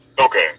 Okay